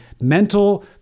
mental